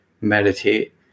meditate